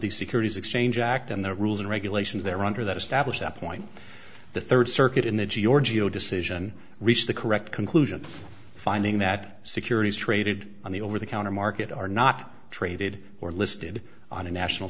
the securities exchange act and the rules and regulations they're under that establish that point the third circuit in the g or geo decision reached the correct conclusion finding that securities traded on the over the counter market are not traded or listed on a national